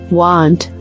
want